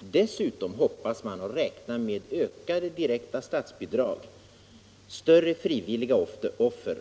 Dessutom hoppas och räknar man på ökade direkta statsbidrag, större frivilliga offer